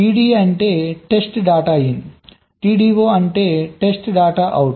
TDI అంటే test data in TDO అంటే test data out